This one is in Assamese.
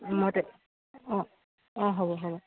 মতে অঁ অঁ হ'ব হ'ব